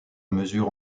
mesure